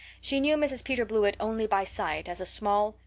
she knew mrs. peter blewett only by sight as a small,